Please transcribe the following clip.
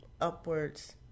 upwards